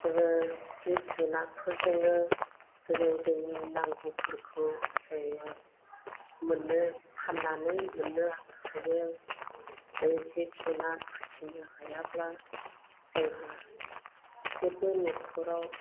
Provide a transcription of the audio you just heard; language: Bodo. जोङो जिब जुनादफोरजोंनो दिनै जोंनि नांगौफोरखौ जोङो मोननो फाननानै मोननो हायो माने जिब जुनाद फिसिनो हायाब्ला जोंहा जेब्बो न'खराव